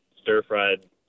stir-fried